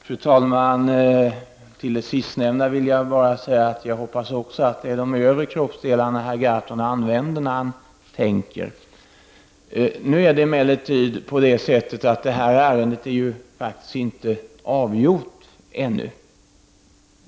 Fru talman! Till det sistnämnda vill jag bara säga att jag också hoppas att det är de övre kroppsdelarna herr Gahrton använder när han tänker. Nu är det emellertid på det sättet att detta ärende faktiskt inte är avgjort ännu.